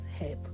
help